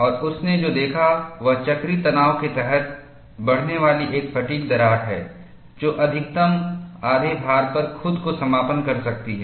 और उसने जो देखा वह चक्रीय तनाव के तहत बढ़ने वाली एक फ़ैटिग् दरार है जो अधिकतम आधे भार पर खुद को समापन कर सकती है